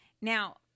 Now